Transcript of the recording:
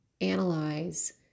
analyze